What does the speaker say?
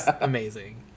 amazing